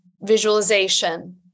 visualization